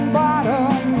bottom